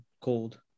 cold